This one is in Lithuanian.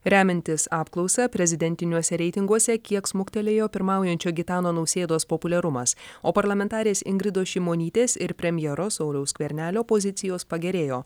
remiantis apklausa prezidentiniuose reitinguose kiek smuktelėjo pirmaujančio gitano nausėdos populiarumas o parlamentarės ingridos šimonytės ir premjero sauliaus skvernelio pozicijos pagerėjo